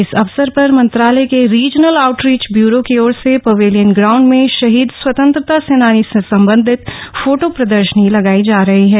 इस अवसर पर मंत्रालय के रीजनल आउटरीच ब्यूरो की ओर से पवेलियन ग्राउंड में शहीद स्वतंत्रता सेनानी से संबंधित फोटो प्रदर्शनी लगाई जा रही है